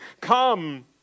Come